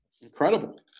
Incredible